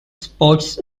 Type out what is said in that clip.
sports